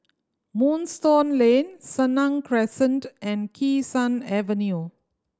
Moonstone Lane Senang Crescent and Kee Sun Avenue